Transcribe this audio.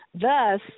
Thus